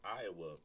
Iowa